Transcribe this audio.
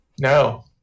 No